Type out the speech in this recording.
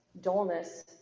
dullness